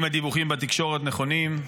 אם הדיווחים בתקשורת נכונים,